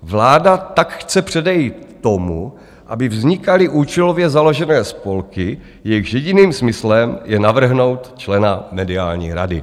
Vláda tak chce předejít tomu, aby vznikaly účelově založené spolky, jejichž jediným smyslem je navrhnout člena mediální rady.